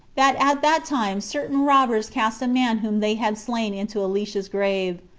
that at that time certain robbers cast a man whom they had slain into elisha's grave,